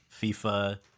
FIFA